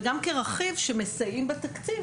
וגם כרכיב שמסייעים בתקציב,